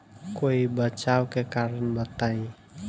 कोई बचाव के कारण बताई?